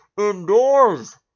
indoors